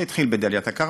זה התחיל בדאלית-אלכרמל,